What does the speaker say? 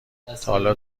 تاحالا